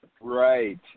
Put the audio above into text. Right